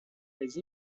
les